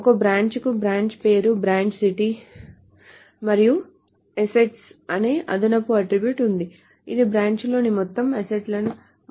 ఒక బ్రాంచ్ కు బ్రాంచ్ పేరు బ్రాంచ్ సిటీ మరియు అసెట్స్ అనే అదనపు అట్ట్రిబ్యూట్ ఉంది ఇది బ్రాంచ్లోని మొత్తం అసెట్స్ ల మొత్తం